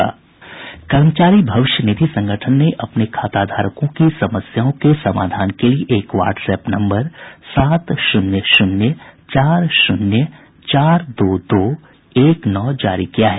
कर्मचारी भविष्य निधि संगठन ने अपने खाताधारकों की समस्याओं के समाधान के लिए एक वाट्सएप नम्बर सात शून्य शून्य चार शून्य चार दो दो एक नौ जारी किया है